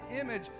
image